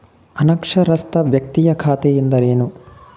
ಅನಕ್ಷರಸ್ಥ ವ್ಯಕ್ತಿಯ ಖಾತೆ ಎಂದರೇನು?